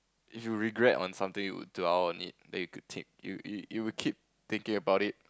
if you regret on something you would dwell on it that you could take you you would keep thinking about it